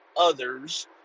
others